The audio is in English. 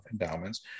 endowments